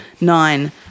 Nine